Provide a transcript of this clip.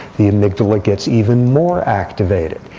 the amygdala gets even more activated.